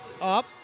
Up